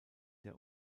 der